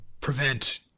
prevent